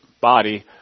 body